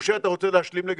משה, אתה רוצה להשלים?